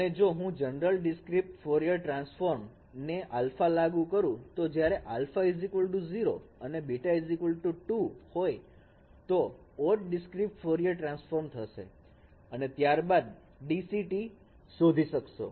અને જો હું જનરલ ડીસક્રિટ ફોરયર ટ્રાન્સફોર્મ ને આલ્ફા લાગુ કરું તો જ્યારે α0 અને β 2 હોય તો તે ઓડ ડીસક્રિટ ફોરયર ટ્રાન્સફોર્મ થશે અને ત્યારબાદ તમે DCT શોધી શકશો